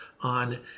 on